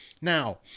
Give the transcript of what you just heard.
Now